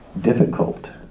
difficult